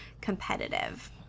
competitive